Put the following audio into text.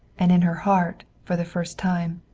and in her heart, for the first time,